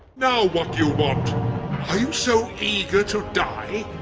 now what you want! are you so eager to die?